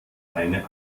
eine